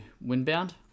Windbound